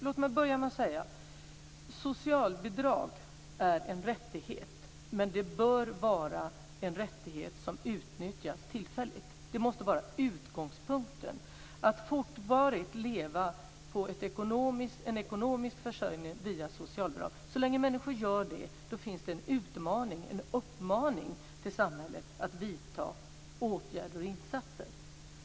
Låt mig börja med att säga att socialbidrag är en rättighet, men att det bör vara en rättighet som utnyttjas tillfälligt. Det måste vara utgångspunkten. Så länge människor fortvarigt lever på och får sin ekonomiska försörjning via socialbidrag finns det en utmaning - en uppmaning - till samhället i att vidta åtgärder och göra insatser.